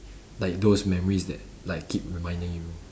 like those memories that like keep reminding you